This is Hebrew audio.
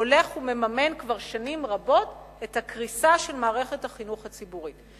הולך ומממן כבר שנים רבות את הקריסה של מערכת החינוך הציבורית,